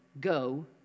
go